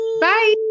Bye